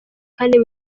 kane